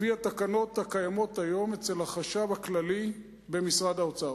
לפי התקנות הקיימות היום אצל החשב הכללי במשרד האוצר,